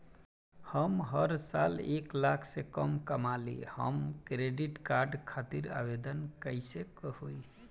हम हर साल एक लाख से कम कमाली हम क्रेडिट कार्ड खातिर आवेदन कैसे होइ?